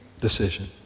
decision